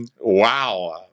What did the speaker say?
Wow